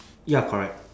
ya correct